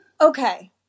Okay